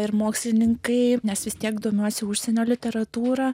ir mokslininkai nes vis tiek domiuosi užsienio literatūra